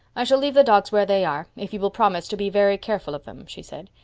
i shall leave the dogs where they are, if you will promise to be very careful of them, she said.